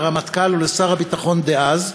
לרמטכ"ל ולשר הביטחון דאז,